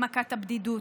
למכת הבדידות,